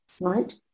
right